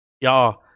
y'all